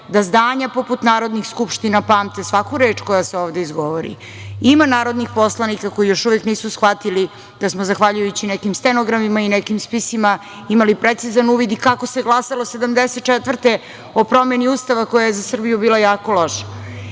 da zdanja poput narodnih skupština pamte svaku reč koja se ovde izgovori. Ima narodnih poslanika koji još uvek nisu shvatili da smo zahvaljujući nekim stenogramima i nekim spisima imali precizan uvid i kako se glasalo 1974. godine o promeni Ustava koje je za Srbiju bilo jako loše.